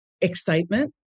excitement